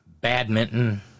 badminton